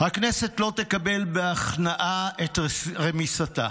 "הכנסת לא תקבל בהכנעה את רמיסתה".